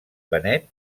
benet